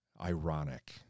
Ironic